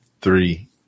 three